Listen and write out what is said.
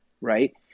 Right